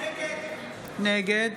נגד